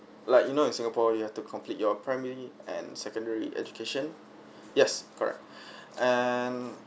like you know in singapore you have to complete your primary and secondary education yes correct and